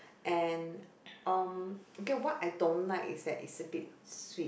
and um okay what I don't like is that it's a bit sweet